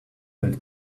held